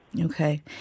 Okay